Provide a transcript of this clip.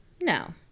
No